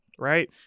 Right